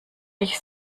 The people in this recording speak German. ich